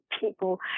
people